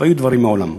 והיו דברים מעולם.